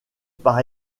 par